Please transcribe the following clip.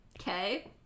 okay